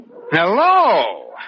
Hello